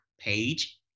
page